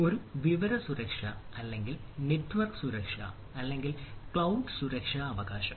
ഒരു വിവര സുരക്ഷ അല്ലെങ്കിൽ നെറ്റ്വർക്ക് സുരക്ഷ അല്ലെങ്കിൽ ക്ലൌഡ് സുരക്ഷ അവകാശം